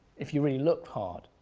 if you really look hard.